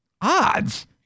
Odds